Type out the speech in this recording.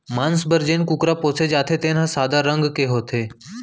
मांस बर जेन कुकरा पोसे जाथे तेन हर सादा रंग के होथे